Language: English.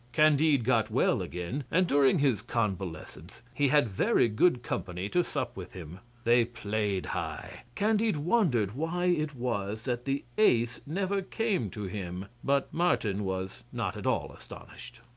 candide got well again, and during his convalescence he had very good company to sup with him. they played high. candide wondered why it was that the ace never came to him but martin was not at all astonished.